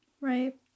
Right